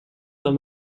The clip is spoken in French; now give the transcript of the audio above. dans